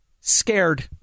scared